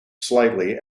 slightly